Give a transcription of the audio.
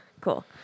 Cool